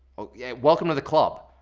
yeah, welcome to the club.